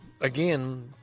Again